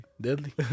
Deadly